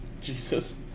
Jesus